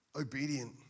obedient